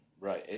Right